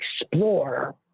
explore